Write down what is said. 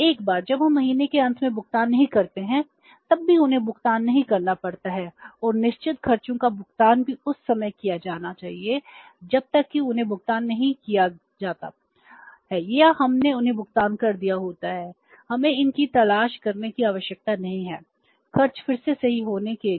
एक बार जब हम महीने के अंत में भुगतान नहीं करते हैं तब भी उन्हें भुगतान नहीं करना पड़ता है और निश्चित खर्चों का भुगतान भी उस समय किया जाना चाहिए जब तक कि उन्हें भुगतान नहीं किया जाता है या हमने उन्हें भुगतान कर दिया होता है हमें इनकी तलाश करने की आवश्यकता नहीं है खर्च फिर से सही होने के लिए